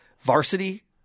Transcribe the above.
varsity